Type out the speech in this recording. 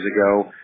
ago